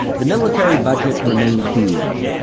the military budget remained huge.